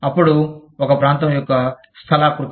అప్పుడు ఒక ప్రాంతం యొక్క స్థలాకృతి